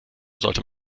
sollte